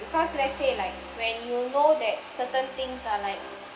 because let's say like when you know that certain things are like